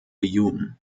jun